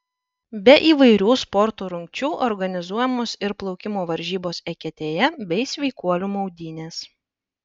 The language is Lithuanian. be įvairių sporto rungčių organizuojamos ir plaukimo varžybos eketėje bei sveikuolių maudynės